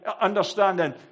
understanding